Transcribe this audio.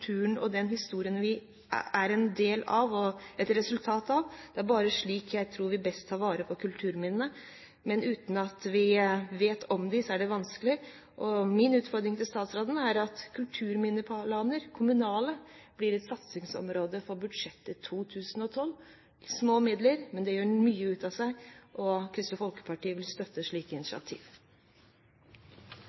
Det er slik jeg tror vi best tar vare på kulturminnene, men uten at vi vet om dem, er det vanskelig. Min utfordring til statsråden er at kommunale kulturminneplaner blir et satsingsområde i budsjettet for 2012. Det er små midler, men de gjør mye ut av seg. Kristelig Folkeparti vil støtte slike initiativ.